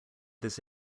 this